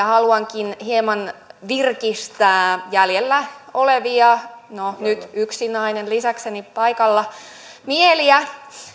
haluankin hieman virkistää jäljellä olevia no nyt on yksi nainen lisäkseni paikalla mieliä